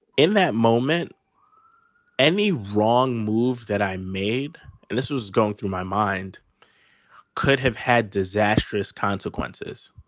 in that moment any wrong move that i made and this was going through my mind could have had disastrous consequences.